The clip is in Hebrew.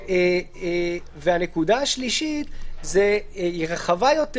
הנקודה השלישית היא רחבה יותר.